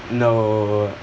no